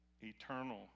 eternal